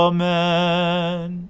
Amen